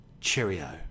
cheerio